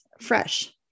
fresh